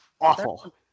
Awful